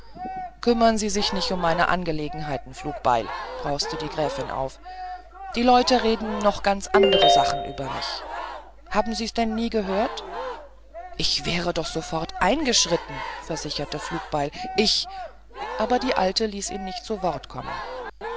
kümmern sie sich nich um meine angelegenheiten flugbeil brauste die gräfin auf die leute reden noch ganz andere sachen über mich haben sie's denn nie gehört ich wäre doch sofort eingeschritten versicherte der pinguin ich aber die alte ließ ihn nicht zu wort kommen